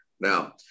now